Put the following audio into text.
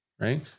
Right